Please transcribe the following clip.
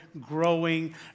growing